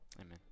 Amen